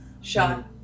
shot